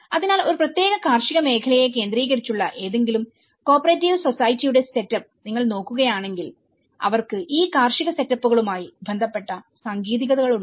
അതിനാൽ ഒരു പ്രത്യേക കാർഷിക മേഖലയെ കേന്ദ്രീകരിച്ചുള്ള ഏതെങ്കിലും കോപ്പറേറ്റീവ് സൊസൈറ്റിയുടെ സെറ്റപ്പ് നിങ്ങൾ നോക്കുകയാണെങ്കിൽ അവർക്ക് ഈ കാർഷിക സെറ്റപ്പുകളുമായി ബന്ധപ്പെട്ട സാങ്കേതികതയുണ്ട്